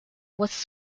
was